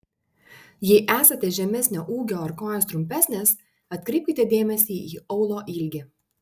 jei esate žemesnio ūgio ar kojos trumpesnės atkreipkite dėmesį į aulo ilgį